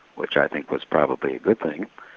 which i think was probably a good thing,